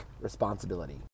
responsibility